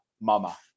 mama